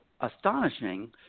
astonishing